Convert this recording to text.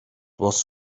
was